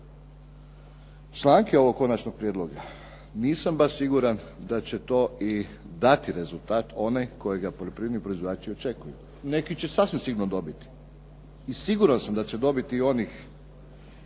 članke ovog konačnog prijedloga, nisam baš siguran da će to i dati rezultat onaj kojega poljoprivredni proizvođači očekuju. Neki će sasvim sigurno dobiti. I siguran sam da će dobiti onih